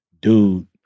dude